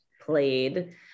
played